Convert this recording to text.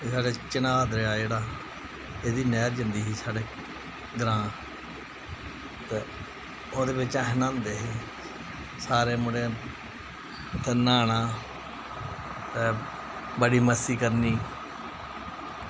एह् साढ़े चन्हां दरेआ जेह्ड़ा एह्दी नैह्र जंदी ही साढ़ै ग्रांऽ ते ओह्दे बिच्च अस न्हांदे हे सारे मुड़े उत्थें न्हाना ते बड़ी मस्ती करनी